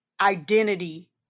identity